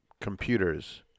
computers